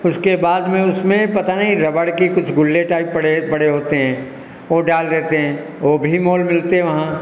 उसके बाद में उसमें पता नहीं रबड़ के कुछ गुल्ले टाइप पड़े पड़े होते हैं वह डाल देते हैं वह भी मोर मिलते वहाँ